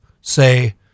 say